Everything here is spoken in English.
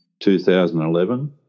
2011